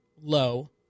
Low